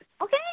Okay